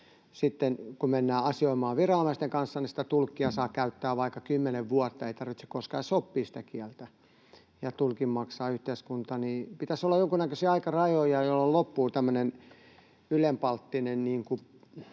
sitten kun mennään asioimaan viranomaisten kanssa, tulkkia saa käyttää vaikka kymmenen vuotta, ei tarvitse koskaan edes oppia sitä kieltä, ja tulkin maksaa yhteiskunta. Pitäisi olla jonkunnäköisiä aikarajoja, jolloin loppuu tämmöinen ylenpalttinen